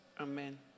Amen